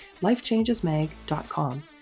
lifechangesmag.com